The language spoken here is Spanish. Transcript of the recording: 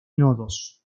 nodos